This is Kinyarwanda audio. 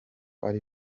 ari